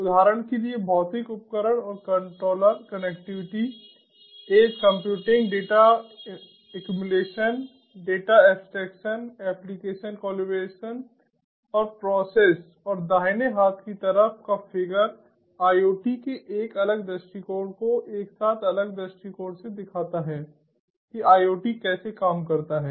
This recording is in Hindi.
उदाहरण के लिए भौतिक उपकरण और controller connectivity edge computing data accumulation data accumulation data abstraction application collaboration और प्रोसेस और दाहिने हाथ की तरफ का फिगर IoT के एक अलग दृष्टिकोण को एकसाथ अलग दृष्टिकोण से दिखाता है कि IoT कैसे काम करता है